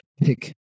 pick